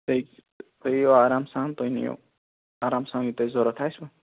تُہۍ تُہۍ یِیِو آرام سان تُہۍ نِیِو آرام سان یہِ تۄہہِ ضروٗرت آسوٕ